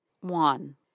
One